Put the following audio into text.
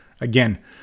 Again